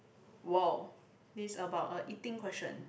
!wow! this is about a eating question